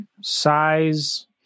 size